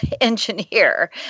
engineer